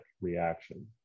reaction